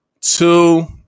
two